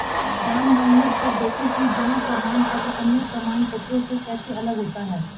Ram download कर देखो कि जमा प्रमाण पत्र अन्य प्रमाण पत्रों से कैसे अलग होता है?